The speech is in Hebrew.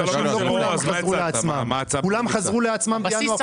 לא כל האנשים חזרו לעצמם.